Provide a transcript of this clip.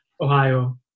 Ohio